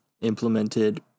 implemented